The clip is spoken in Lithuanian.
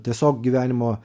tiesiog gyvenimo